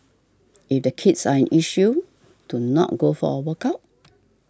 if the kids are an issue to not go for a workout